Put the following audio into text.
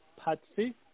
patsy